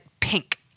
pink